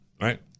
Right